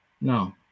No